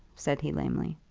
said he lamely.